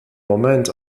moment